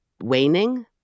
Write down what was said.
waning